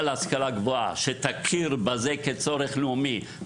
להשכלה גבוהה שיש להכיר בזה כצורך לאומי,